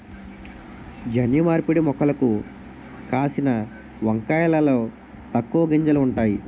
జన్యు మార్పిడి మొక్కలకు కాసిన వంకాయలలో తక్కువ గింజలు ఉంతాయి